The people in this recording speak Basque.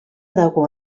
dago